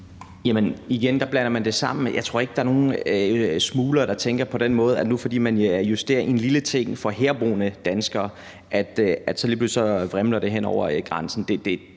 (M): Igen blander man det sammen. Jeg tror ikke, der er nogen smuglere, der tænker på den måde, og at fordi man justerer en lille ting for herboende danskere, vrimler det lige pludselig hen over grænsen.